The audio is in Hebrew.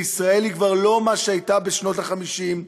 וישראל היא כבר לא מה שהייתה בשנות ה-50.